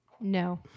No